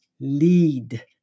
lead